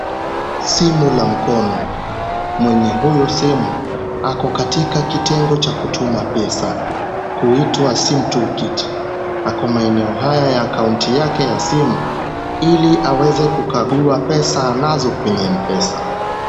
Simu la mkono, mwenye huyu simu, ako katika kitengo cha kutuma pesa, huitwa sim toolkit . Ako maeneo haya ya akaunti yake ya simu, ili aweze kukagua pesa anazo kwenye M-Pesa.